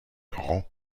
rang